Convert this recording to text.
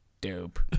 Dope